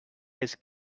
his